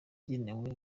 igenewe